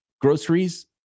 groceries